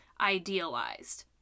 idealized